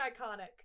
iconic